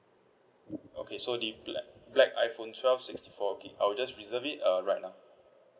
okay so deep black black iphone twelve sixty four gig I'll just reserve it uh right now